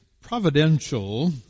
providential